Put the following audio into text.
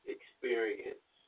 experience